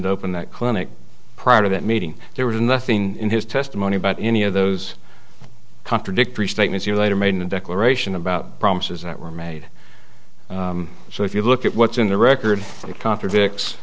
to open that clinic prior to that meeting there was nothing in his testimony about any of those contradictory statements you later made in victorian about promises that were made so if you look at what's in the record it contradicts